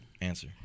Answer